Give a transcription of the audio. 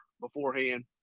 beforehand